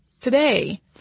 today